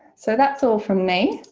so that's all from me.